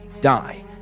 die